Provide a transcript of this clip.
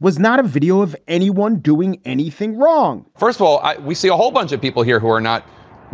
was not a video of anyone doing anything wrong first of all, we see a whole bunch of people here who are not